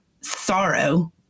sorrow